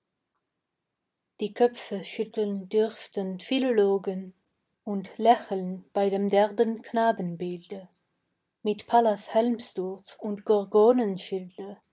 die köpfe schütteln dürften philologen und lächeln bei dem derben knabenbilde mit pallas helmsturz und